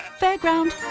fairground